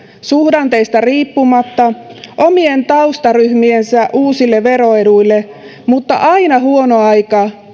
suhdanteista riippumatta omien taustaryhmiensä uusille veroeduille mutta aina huono aika